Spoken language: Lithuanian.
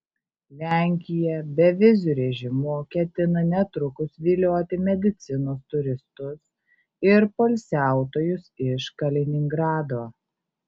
lenkija beviziu režimu ketina netrukus vilioti medicinos turistus ir poilsiautojus iš kaliningrado